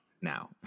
now